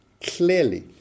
clearly